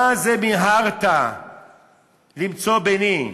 מה זה מיהרת למצוא, בני?